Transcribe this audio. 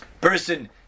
Person